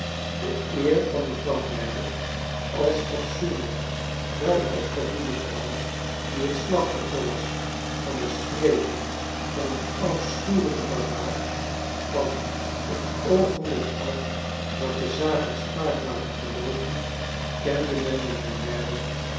de eer van mevrouw merdle als fatsoenlijk welopgevoede vrouw die het slacht offer was van de streken van een afschuwelijken barbaar van het oogenblik af dat de zaken spaak waren geloopeh kende menmijnheer merdle